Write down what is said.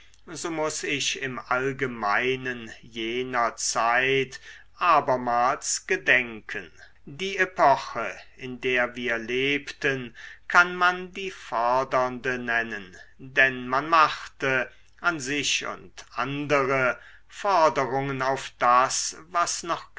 so muß ich im allgemeinen jener zeit abermals gedenken die epoche in der wir lebten kann man die fordernde nennen denn man machte an sich und andere forderungen auf das was noch